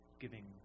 Giving